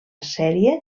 sèrie